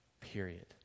Period